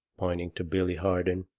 pointing to billy harden